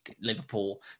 Liverpool